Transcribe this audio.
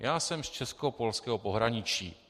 Já jsem z českopolského pohraničí.